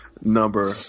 number